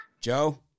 Joe